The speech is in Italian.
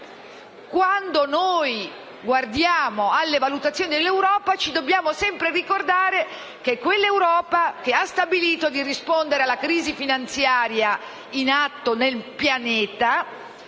quando guardiamo alle valutazioni dell'Europa, dobbiamo sempre ricordarci che quell'Europa ha stabilito di rispondere alla crisi finanziaria in atto nel pianeta